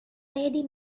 lady